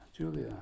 Julia